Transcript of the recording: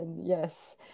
Yes